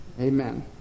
Amen